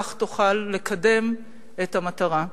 כך תוכל לקדם את המטרה.